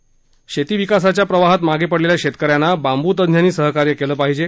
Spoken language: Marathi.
शेतकरी शेतीविकासाच्या प्रवाहात मागे पडलेल्या शेतकऱ्यांना बांबूतज्ञांनी सहकार्य केलं पाहिजे